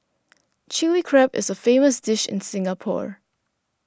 Chilli Crab is a famous dish in Singapore